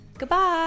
Goodbye